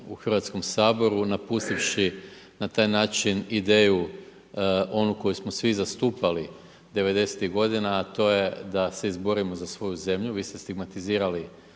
u Hrvatskom saboru napustivši na taj način ideju onu koju smo svi zastupali 90-tih godina, a to je da se izborimo za svoju zemlju. Vi ste stigmatizirali